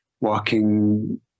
walking